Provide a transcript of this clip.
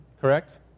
correct